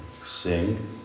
sing